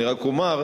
אני רק אומר,